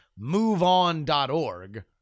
MoveOn.org